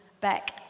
back